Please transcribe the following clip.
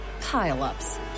pile-ups